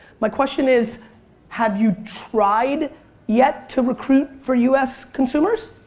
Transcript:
my question is have you tried yet to recruit for us consumers?